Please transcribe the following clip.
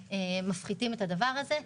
מפחיתים את הזמן הזה.